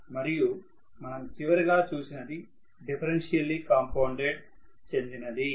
మరియు మనం చివరగా చూసినది డిఫరెన్షియల్ కాంపౌండెడ్ కి చెందినది